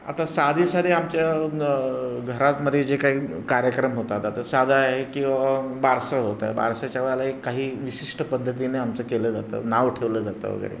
आता साधी साधी आमच्या घरातमध्ये जे काही कार्यक्रम होतात आता साधा आहे की बाबा बारसं होतं बारसंच्या वेळेला एक काही विशिष्ट पद्धतीने आमचं केलं जातं नाव ठेवलं जातं वगैरे